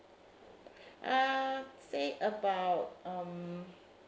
ah say about um